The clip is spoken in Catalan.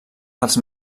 dels